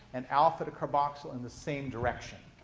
and alpha to carboxyl in the same direction.